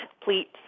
pleats